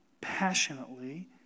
passionately